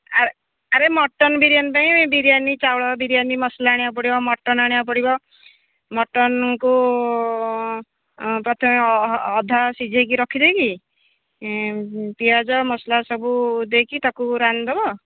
ଆରେ ଆରେ ମଟନ୍ ବିରିୟାନି ପାଇଁ ବିରିୟାନି ଚାଉଳ ବିରିୟାନି ମସଲା ଆଣିଆକୁ ପଡ଼ିବ ମଟନ୍ ଆଣିଆକୁ ପଡ଼ିବ ମଟନ୍କୁ ପ୍ରଥମେ ଅଧା ସିଝାଇକି ରଖି ଦେଇକି ପିଆଜ ମସଲା ସବୁ ଦେଇକି ତାକୁ ରାନ୍ଧିଦେବ